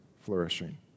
flourishing